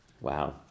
Wow